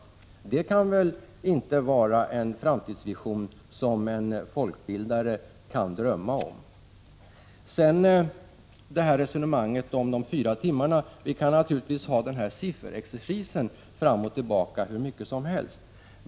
Det kan väl inte vara den framtidsvision som en folkbildare drömmer om. När det gäller resonemanget om fyratimmarssammankomsterna kan vi 153 naturligtvis ha sifferexercis fram och tillbaka hur mycket som helst.